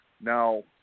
Now